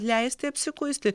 leisti apsikuisti